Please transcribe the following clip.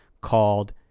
called